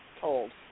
told